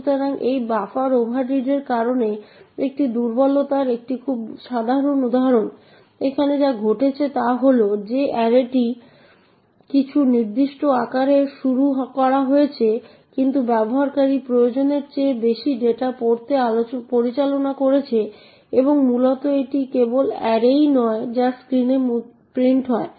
সুতরাং এখানে এই ফরম্যাট স্পেসিফায়ারে যা কিছু ঘটছে তা user string এ উপস্থিত তাই যে কোনওভাবে এই গ্লোবাল ভেরিয়েবল বা এই গ্লোবাল ডেটা স্ক্রিনে প্রিন্ট হয়ে যায়